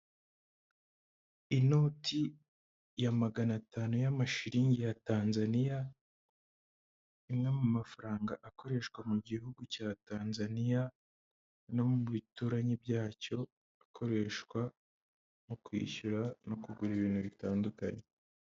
Inoti ya magana atanu y'amashiringi ya Tanzania, imwe mu mafaranga akoreshwa mu gihugu cya Tanzania no mu bituranyi byacyo akoreshwa mu kwishyura no kugura ibintu bitandukanye.